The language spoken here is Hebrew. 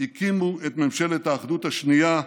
הקימו את ממשלת האחדות השנייה,